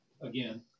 again